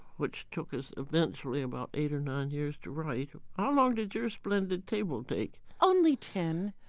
which took us eventually about eight or nine years to write how long did your splendid table take? only ten